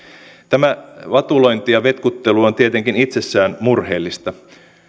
tämä vatulointi ja vetkuttelu on tietenkin itsessään murheellista